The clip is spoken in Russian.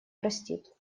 простит